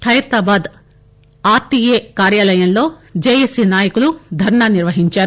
Khairatabad RTA కార్యాలయంలో JAC నాయకులు ధర్నా నిర్వహించారు